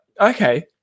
okay